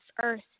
earth